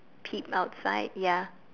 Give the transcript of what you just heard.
peep outside ya